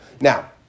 Now